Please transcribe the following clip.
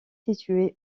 situés